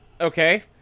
Okay